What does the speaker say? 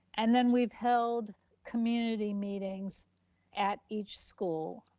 and then we've held community meetings at each school.